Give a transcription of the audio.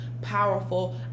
powerful